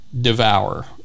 devour